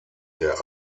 der